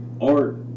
art